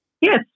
Yes